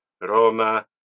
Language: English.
Roma